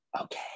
okay